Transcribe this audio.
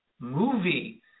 movie